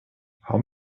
how